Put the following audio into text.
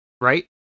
Right